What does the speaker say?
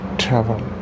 travel